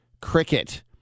cricket